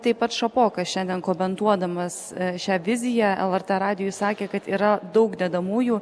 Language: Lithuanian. taip pat šapoka šiandien komentuodamas šią viziją lrt radijui sakė kad yra daug dedamųjų